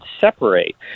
separate